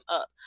up